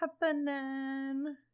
happening